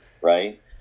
right